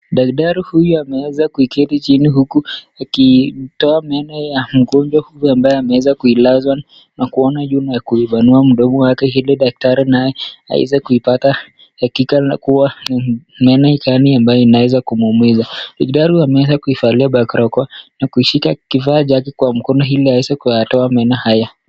Daktari huyu ameweza kuketi chini huku akimtoa meno ya mgonjwa huyu ambaye ameweza kuilazwa na kuona juu na kuipanua mdomo wake ili daktari naye aweze kuipata hakika kuwa ni meno gani ambayo inaweza kumumiza. Daktari ameweza kuivalia barakoa na kushika kifaa chake kwa mkono ili aweze kutoa meno haya.